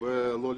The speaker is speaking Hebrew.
או לשם.